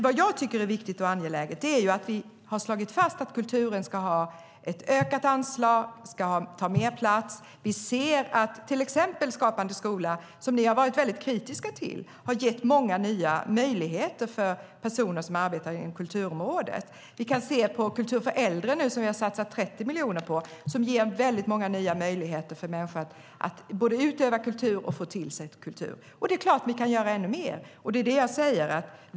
Vad jag tycker är viktigt och angeläget är ju att vi har slagit fast att kulturen ska ha ett ökat anslag, ska ta mer plats. Vi ser att till exempel Skapande skola, som ni har varit väldigt kritiska till, har gett många nya möjligheter för personer som arbetar inom kulturområdet. Vi kan se på Kultur för äldre, som vi har satsat 30 miljoner på, som ger väldigt många nya möjligheter för människor att både utöva kultur och få kultur till sig. Det är klart att vi kan göra ännu mer. Det är det jag säger.